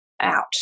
out